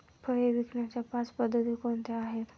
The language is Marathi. फळे विकण्याच्या पाच पद्धती कोणत्या आहेत?